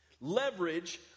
Leverage